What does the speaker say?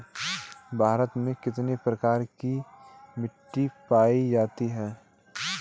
भारत में कितने प्रकार की मिट्टी पायी जाती है?